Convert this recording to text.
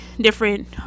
different